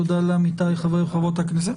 תודה לעמיתיי חברי וחברות הכנסת.